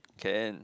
can